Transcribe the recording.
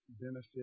benefit